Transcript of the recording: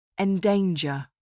Endanger